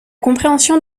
compréhension